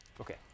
Okay